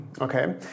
Okay